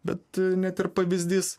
bet net ir pavyzdys